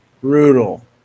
Brutal